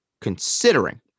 considering